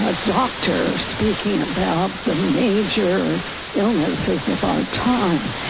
ah doctor speaking about the major illnesses of our time,